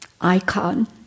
icon